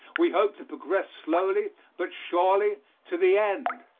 we hope to progress slowly but surely to the end.